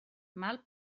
mal